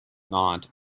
not